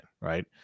right